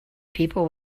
people